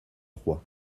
trois